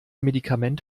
medikament